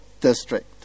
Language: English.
district